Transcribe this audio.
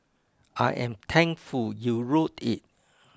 I am thankful you wrote it